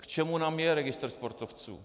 K čemu nám je registr sportovců?